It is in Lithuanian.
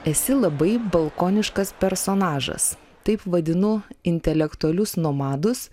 esi labai balkoniškas personažas taip vadinu intelektualius nomadus